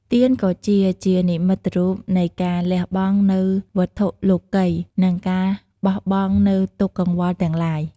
ទៀនក៏ជាជានិមិត្តរូបនៃការលះបង់នូវវត្ថុលោកិយ និងការបោះបង់នូវទុក្ខកង្វល់ទាំងឡាយ។